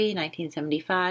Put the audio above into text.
1975